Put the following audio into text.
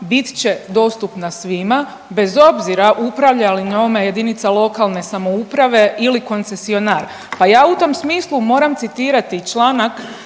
bit će dostupna svima bez obzira upravlja li njome jedinica lokalne samouprave ili koncesionar, pa ja u tom smislu moram citirati Članak